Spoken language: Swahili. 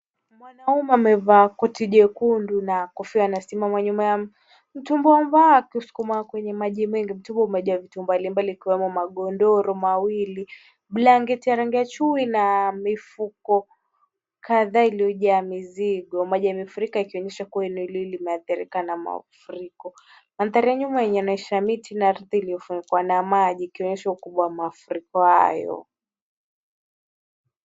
Mwanaume amevaa koti jekundu na kofia anasimama nyuma ya mtumbwi wa mbao akiuskuma kwenye maji mingi. Mtumbwi umejaa vitu mbalimbali ikiwemo magodoro mawili, blanketi ya rangi ya chui na mifuko kadhaa iliyojaa mizigo. Maji yamefurika ikionyesha kuwa eneo hili limeathirika na mafuriko. Mandhari ya nyuma inaonyesha miti na ardhi iliyofunikwa na maji ikionyesha ukubwa wa mafuriko hayo.